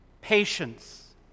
Patience